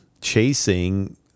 chasing